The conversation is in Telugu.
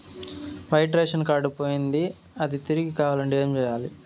వైట్ రేషన్ కార్డు పోయింది అది తిరిగి కావాలంటే ఏం సేయాలి